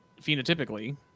phenotypically